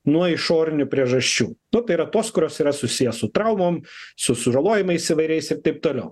nuo išorinių priežasčių nu tai yra tos kurios yra susiję su traumom su sužalojimais įvairiais ir taip toliau